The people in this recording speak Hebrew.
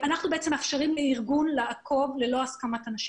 אנחנו בעצם מאפשרים לארגון לעקוב ללא הסכמת אנשים.